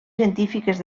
científiques